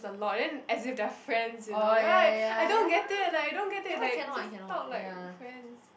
a lot then as if they're friends you know right I don't get it like I don't get it like just talk like friends